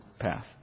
path